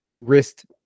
wrist